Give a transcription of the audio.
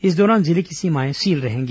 इस दौरान जिले की सीमाएं सील रहेंगी